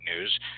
news